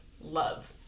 love